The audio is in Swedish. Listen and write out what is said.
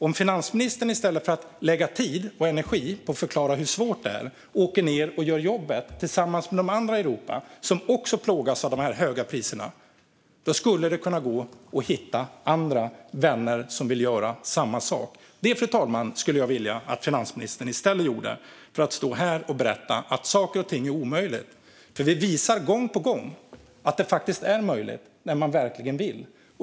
Om finansminister i stället för att lägga tid och energi på att förklara hur svårt det är åker ned och gör jobbet tillsammans med de andra i Europa som också plågas av de höga priserna skulle det kunna gå att hitta vänner som vill göra samma sak. Detta skulle jag vilja att finansministern gjorde i stället för att stå här och berätta att saker och ting är omöjliga. Vi visar ju gång på gång att det är faktiskt är möjligt när man verkligen vill.